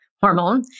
hormone